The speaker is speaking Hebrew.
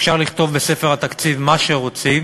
אפשר לכתוב בספר התקציב מה שרוצים,